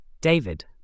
david